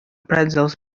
pretzels